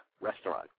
Restaurant